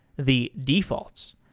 the defaults.